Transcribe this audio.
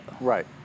Right